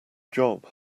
job